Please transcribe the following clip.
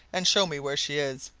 and show me where she is